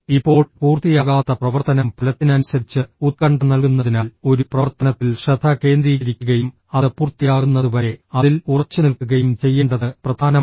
ഇപ്പോൾ പൂർത്തിയാകാത്ത പ്രവർത്തനം ഫലത്തിനനുസരിച്ച് ഉത്കണ്ഠ നൽകുന്നതിനാൽ ഒരു പ്രവർത്തനത്തിൽ ശ്രദ്ധ കേന്ദ്രീകരിക്കുകയും അത് പൂർത്തിയാകുന്നതുവരെ അതിൽ ഉറച്ചുനിൽക്കുകയും ചെയ്യേണ്ടത് പ്രധാനമാണ്